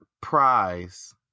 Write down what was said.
prize